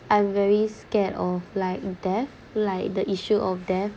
I'm very scared of like death like the issue of death